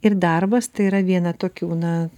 ir darbas tai yra viena tokių na